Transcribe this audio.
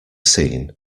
seen